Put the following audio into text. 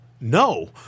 No